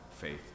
faith